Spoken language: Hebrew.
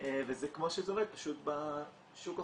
וזה כמו שקורה בשוק החופשי.